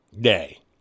day